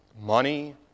money